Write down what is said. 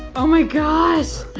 oh my gosh,